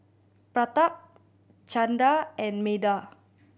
Pratap Chanda and Medha